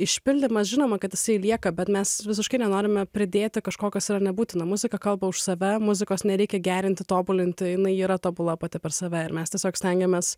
išpildymas žinoma kad jisai lieka bet mes visiškai nenorime pridėti kažko kas yra nebūtina muzika kalba už save muzikos nereikia gerinti tobulinti o jinai yra tobula pati save ir mes tiesiog stengiamės